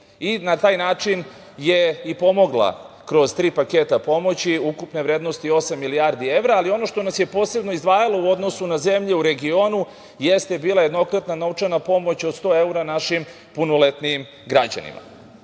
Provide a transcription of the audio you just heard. i na taj način je i pomogla kroz tri paketa pomoći ukupne vrednosti osam milijardi evra, ali ono što nas je posebno izdvajalo u odnosu na zemlje u regionu jeste bila jednokratna novčana pomoć od 100 evra našim punoletnim građanima. Iako